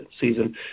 season